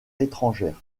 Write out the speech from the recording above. étrangères